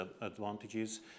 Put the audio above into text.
advantages